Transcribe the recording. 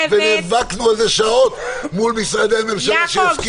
ונאבקנו על זה שעות מול משרדי ממשלה שהסכימו להכניס את זה.